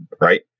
Right